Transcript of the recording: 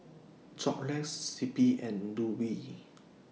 Xorex C P and Rubi